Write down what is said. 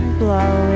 blow